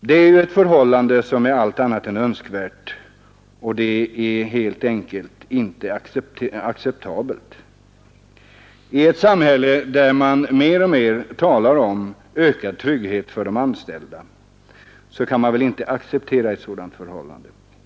Det är ett allt annat än önskvärt förhållande. I ett samhälle där det mer och mer talas om ökad trygghet för de anställda kan man helt enkelt inte acceptera ett sådant förhållande.